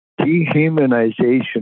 dehumanization